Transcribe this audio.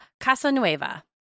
Casanueva